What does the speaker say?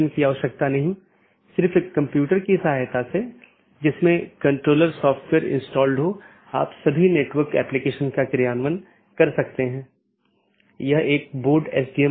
एक ज्ञात अनिवार्य विशेषता एट्रिब्यूट है जोकि सभी BGP कार्यान्वयन द्वारा पहचाना जाना चाहिए और हर अपडेट संदेश के लिए समान होना चाहिए